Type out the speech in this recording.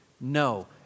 No